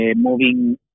moving